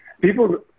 people